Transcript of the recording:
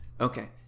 okay